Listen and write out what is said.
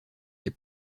des